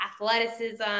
athleticism